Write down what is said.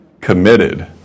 committed